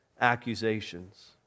accusations